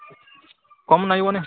କମ୍ ନାଇଁବନି